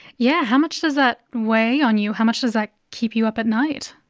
yeah, how much does that weigh on you, how much does that keep you up at night?